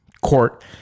court